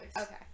Okay